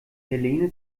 helene